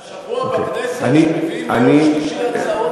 אתה שבוע בכנסת, שמביאים ביום שלישי הצעות?